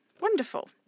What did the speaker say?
Wonderful